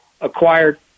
acquired